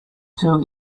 two